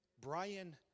Brian